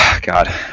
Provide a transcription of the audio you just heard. God